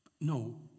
No